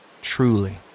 truly